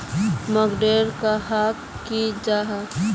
Marketing कहाक को जाहा?